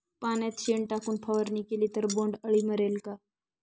पाण्यात शेण टाकून फवारणी केली तर बोंडअळी मरेल का?